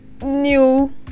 new